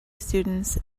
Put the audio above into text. students